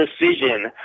decision